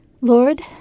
Lord